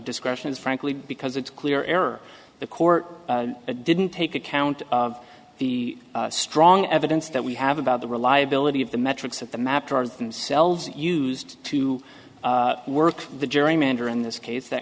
discussion is frankly because it's clear error the court didn't take account of the strong evidence that we have about the reliability of the metrics that the map drives themselves used to work the gerrymander in this case that